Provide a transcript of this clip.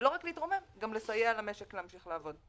ולא רק להתרומם אלא גם לסייע למשק להמשיך לעבוד.